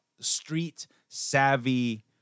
street-savvy